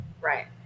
Right